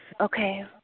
Okay